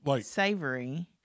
Savory